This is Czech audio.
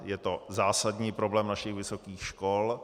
Je to zásadní problém našich vysokých škol.